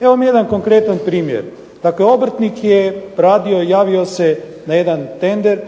Evo vam jedan konkretan primjer. Dakle obrtnik je …/Ne razumije se./… javio se na jedan tender,